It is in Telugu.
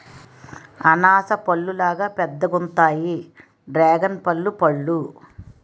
అనాస పల్లులాగా పెద్దగుంతాయి డ్రేగన్పల్లు పళ్ళు